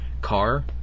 car